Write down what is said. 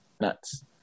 Nuts